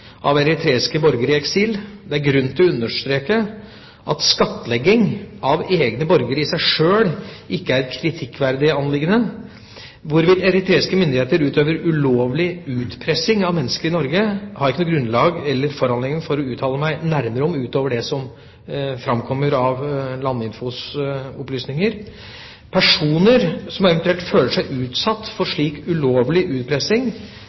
av egne borgere i seg sjøl ikke er et kritikkverdig anliggende. Hvorvidt eritreiske myndigheter utøver ulovlig utpressing av mennesker i Norge, har jeg ikke noe grunnlag eller foranledning for å uttale meg nærmere om, utover det som framkommer av Landinfos opplysninger. Personer som eventuelt føler seg utsatt for slik ulovlig utpressing,